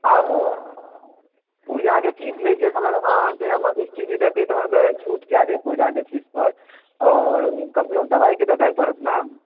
आबू पुरजा के फीस लै छै मगर अहाँ के स्थिति देखैत अहाँके छूट कय देब पूरा जे फीस कहत और कम सॅं कम दबाइ के देबय पड़त ने